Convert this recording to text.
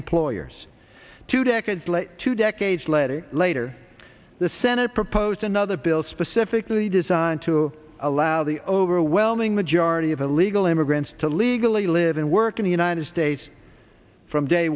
employers two decades later two decades later later the senate proposed another bill specifically designed to allow the overwhelming majority of illegal immigrants to legally live and work in the united states from day